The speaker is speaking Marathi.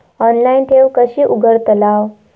ऑनलाइन ठेव कशी उघडतलाव?